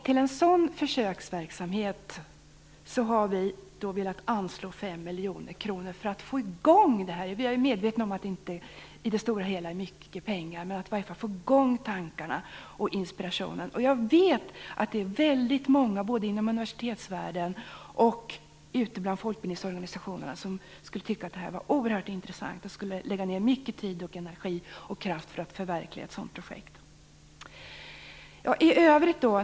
Till en sådan försöksverksamhet har vi velat anslå 5 miljoner kronor i syfte att få i gång den. Jag är medveten om att det i det stora hela inte är mycket pengar, men på så sätt kan vi i alla fall få i gång tankar och inspiration. Jag vet att det är väldigt många, både inom universitetsvärlden och bland folkbildningsorganisationerna, som skulle tycka att det här är oerhört intressant och som skulle lägga ned mycket tid, energi och kraft på att förverkliga ett sådant projekt.